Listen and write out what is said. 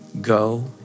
go